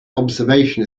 observation